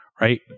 right